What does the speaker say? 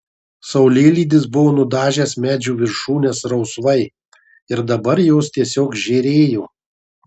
saulėlydis buvo nudažęs medžių viršūnes rausvai ir dabar jos tiesiog žėrėjo